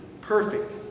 perfect